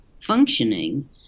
functioning